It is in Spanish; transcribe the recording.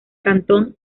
cantón